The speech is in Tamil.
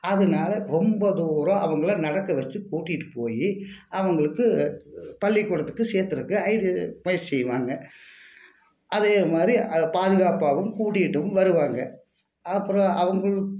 அதனால ரொம்ப தூரம் அவங்கள நடக்க வெச்சு கூட்டிட்டு போய் அவங்களுக்கு பள்ளிக்கூடத்துக்கு சேத்திருக்கு முயற்சி செய்வாங்க அதை மாதிரி அது பாதுகாப்பாகவும் கூட்டிட்டும் வருவாங்க அப்பறம் அவங்க